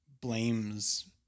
blames